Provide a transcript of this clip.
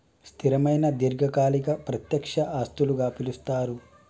స్థిరమైన దీర్ఘకాలిక ప్రత్యక్ష ఆస్తులుగా పిలుస్తరు